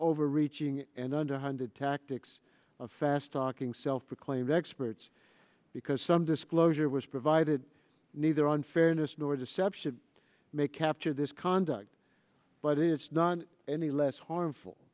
overreaching and underhanded tactics of fast talking self proclaimed experts because some disclosure was provided neither on fairness nor deception may capture this conduct but it's none any less harmful